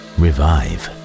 revive